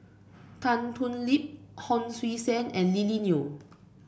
Tan Thoon Lip Hon Sui Sen and Lily Neo